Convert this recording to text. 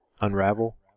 Unravel